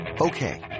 Okay